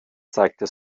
zeigte